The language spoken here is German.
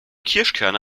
kirschkerne